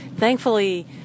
Thankfully